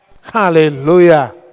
Hallelujah